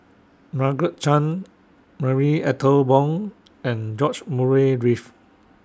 Margaret Chan Marie Ethel Bong and George Murray Reith